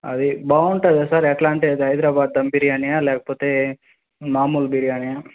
అది బాగుంటుందా సార్ ఎలాంటిది హైదరబాదు దమ్ బిర్యానీయా లేకపోతే మామూలు బిర్యానీయా